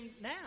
now